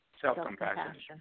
Self-compassion